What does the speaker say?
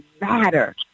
matter